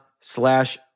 Slash